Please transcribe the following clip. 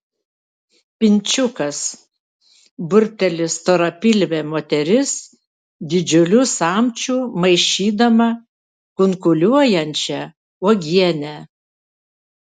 pinčiukas burbteli storapilvė moteris didžiuliu samčiu maišydama kunkuliuojančią uogienę